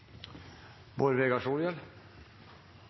Bård Vegar Solhjell